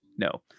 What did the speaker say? no